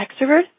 extrovert